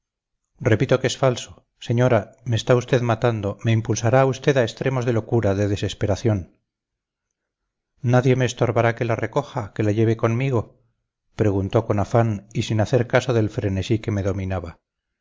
repito que es falso señora me está usted matando me impulsará usted a extremos de locura de desesperación nadie me estorbará que la recoja que la lleve conmigo preguntó con afán y sin hacer caso del frenesí que me dominaba